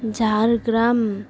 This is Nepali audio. झारग्राम